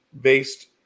based